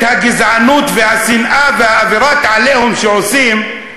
את הגזענות והשנאה ואווירת ה"עליהום" שעושים,